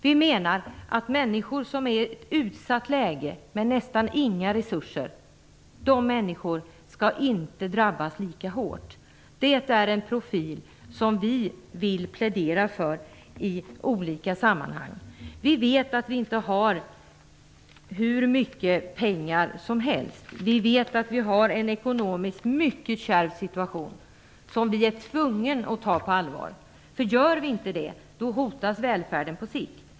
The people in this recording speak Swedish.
Vi menar att människor som befinner sig i ett utsatt läge med nästan inga resurser inte skall drabbas lika hårt. Det är en profil som vi vill plädera för i olika sammanhang. Vi vet att vi inte har hur mycket pengar som helst. Vi vet att vi har en ekonomiskt mycket kärv situation som vi är tvungna att ta på allvar. Gör vi inte det hotas välfärden på sikt.